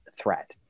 threat